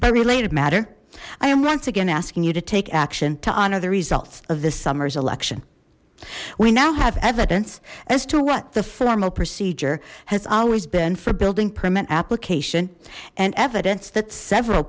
but related matter i am once again asking you to take action to honor the results of this summer's election we now have evidence as to what the formal procedure has always been for building permit application and evidence that several